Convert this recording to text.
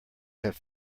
have